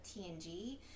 TNG